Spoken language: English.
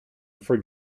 for